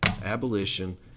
Abolition